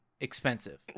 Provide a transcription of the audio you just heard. expensive